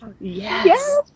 yes